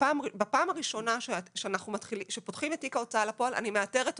בפעם הראשונה שפותחים את תיק ההוצאה לפועל אני מאתרת אותו.